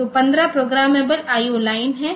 तो 15 programmable IO लाइनें हैं